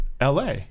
LA